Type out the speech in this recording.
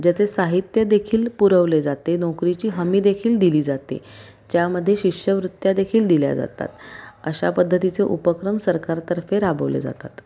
ज्याचे साहित्य देखील पुरवले जाते नोकरीची हमी देखील दिली जाते ज्यामध्ये शिष्यवृत्त्या देखील दिल्या जातात अशा पद्धतीचे उपक्रम सरकारतर्फे राबवले जातात